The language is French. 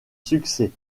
succès